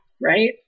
right